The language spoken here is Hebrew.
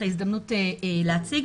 את ההזדמנות להציג.